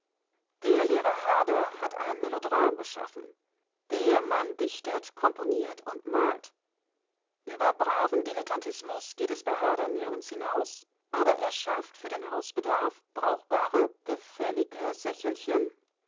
der lehrer herder hat ein melodram geschaffen der mann dichtet komponiert und malt über braven dilettantismus geht es bei herder nirgends hinaus aber er schafft für den hausbedarf brauchbare gefällige sächelchen